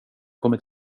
kommer